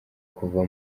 kuva